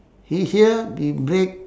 he here b~ break